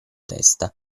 testa